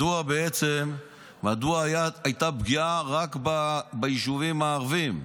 מדוע בעצם הייתה פגיעה רק ביישובים הערביים.